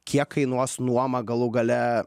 kiek kainuos nuoma galų gale